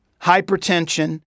hypertension